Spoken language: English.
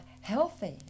healthy